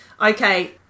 Okay